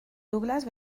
douglas